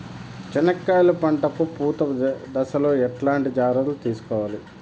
చెనక్కాయలు పంట కు పూత దశలో ఎట్లాంటి జాగ్రత్తలు తీసుకోవాలి?